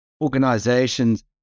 organizations